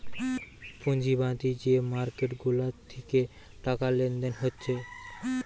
পুঁজিবাদী যে মার্কেট গুলা থিকে টাকা লেনদেন হচ্ছে